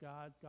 God